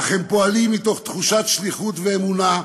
אך הם פועלים מתוך תחושת שליחות ואמונה,